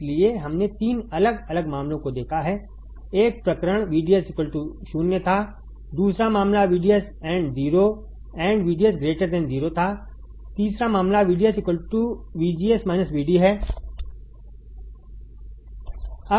इसलिए हमने 3 अलग अलग मामलों को देखा है एक प्रकरण VDS 0 था दूसरा मामला VDS and 0 और VDS 0 था तीसरा मामला VDS VGS VD है